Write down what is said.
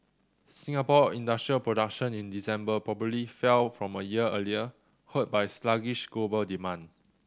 Singapore industrial production in December probably fell from a year earlier hurt by sluggish global demand